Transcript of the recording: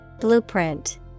Blueprint